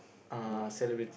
uh celebrity